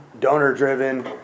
donor-driven